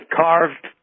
carved